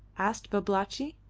asked babalatchi.